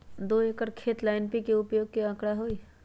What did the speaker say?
दो एकर खेत ला एन.पी.के उपयोग के का आंकड़ा होई?